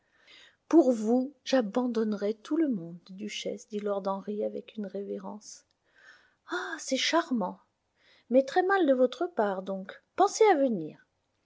pour vous j'abandonnerais tout le monde duchesse dit lord henry avec une révérence ah c'est charmant mais très mal de votre part donc pensez à venir